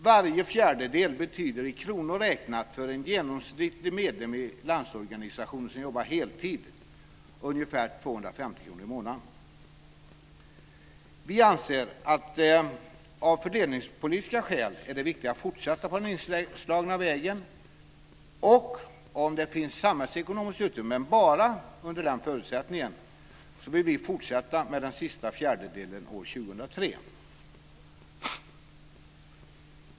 Varje fjärdedel betyder i kronor räknat för en genomsnittlig heltidsarbetande medlem i Landsorganisationen ca 250 kr i månaden. Vi anser att det av fördelningspolitiska skäl är viktigt att fortsätta på den inslagna vägen. Om det finns samhällsekonomiskt utrymme - men bara under den förutsättningen - vill vi fortsätta med den sista fjärdedelen år 2003.